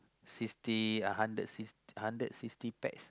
sixty a hundred sixty hundred sixty pack